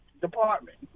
department